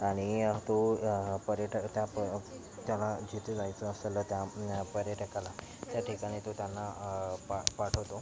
आणि तो पर्यटक त्या प त्याला जिथे जायचं असलं त्या पर्यटकाला त्या ठिकाणी तो त्यांना पा पाठवतो